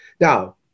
Now